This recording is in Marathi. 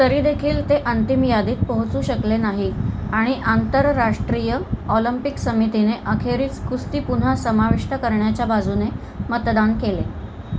तरीदेखील ते अंतिम यादीत पोहचू शकले नाही आणि आंतरराष्ट्रीय ऑलम्पिक समितीने अखेरीस कुस्ती पुन्हा समाविष्ट करण्याच्या बाजूने मतदान केले